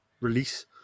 release